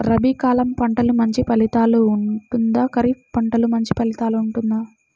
రబీ కాలం పంటలు మంచి ఫలితాలు ఉంటుందా? ఖరీఫ్ పంటలు మంచి ఫలితాలు ఉంటుందా?